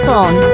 on